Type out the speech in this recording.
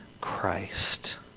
Christ